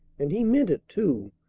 and he meant it, too,